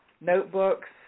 notebooks